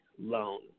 loan